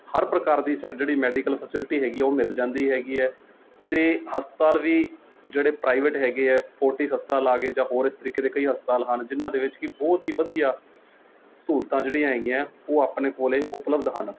ਹਰ ਪ੍ਰਕਾਰ ਦੀ ਸਾ ਜਿਹੜੀ ਮੈਡੀਕਲ ਫੈਸਿਲਿਟੀ ਹੈਗੀ ਹੈ ਉਹ ਮਿਲ ਜਾਂਦੀ ਹੈਗੀ ਹੈ ਅਤੇ ਹਸਪਤਾਲ ਵੀ ਜਿਹੜੇ ਪ੍ਰਾਈਵੇਟ ਹੈਗੇ ਹੈ ਫੋਰਟਿਸ ਹਸਪਤਾਲ ਆ ਗਏ ਜਾਂ ਹੋਰ ਇਸ ਤਰੀਕੇ ਦੇ ਕਈ ਹਸਪਤਾਲ ਹਨ ਜਿਨ੍ਹਾਂ ਦੇ ਵਿੱਚ ਕਿ ਬਹੁਤ ਹੀ ਵਧੀਆ ਸਹੂਲਤਾਂ ਜਿਹੜੀਆਂ ਹੈਗੀਆਂ ਉਹ ਆਪਣੇ ਕੋਲ ਉਪਲਬਧ ਹਨ